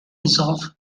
dissolve